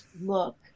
Look